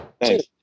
Thanks